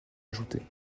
ajoutés